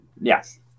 Yes